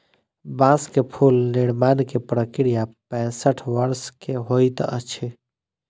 बांस से फूल निर्माण के प्रक्रिया पैसठ वर्ष के होइत अछि